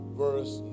verse